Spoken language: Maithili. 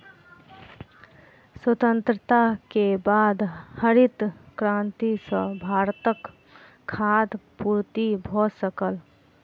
स्वतंत्रता के बाद हरित क्रांति सॅ भारतक खाद्य पूर्ति भ सकल